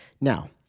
Now